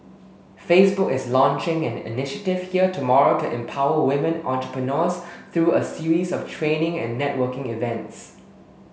Facebook is launching an initiative here tomorrow to empower women entrepreneurs through a series of training and networking events